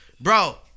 bro